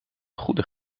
goede